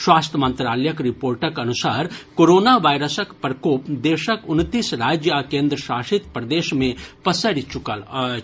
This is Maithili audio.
स्वास्थ्य मंत्रालयक रिपोर्टक अनुसार कोरोना वायरसक प्रकोप देशक उनतीस राज्य आ केंद्रशासित प्रदेश मे पसरि चुकल अछि